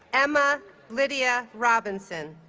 emma lydia robinson